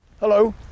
Hello